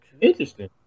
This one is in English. interesting